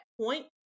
point